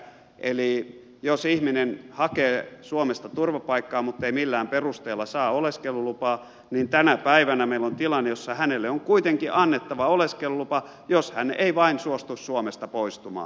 eli jos ihminen hakee suomesta turvapaikkaa mutta ei millään perusteella saa oleskelulupaa niin tänä päivänä meillä on tilanne jossa hänelle on kuitenkin annettava oleskelulupa jos hän ei vain suostu suomesta poistumaan